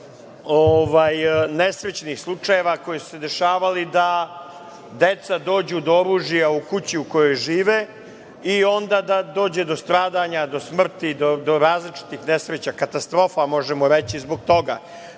nesrećnih slučajeva koji su se dešavali, da deca dođu do oružja u kući u kojoj žive i onda dođe do stradanja, do smrti, do različitih nesreća, katastrofa možemo reći zbog toga,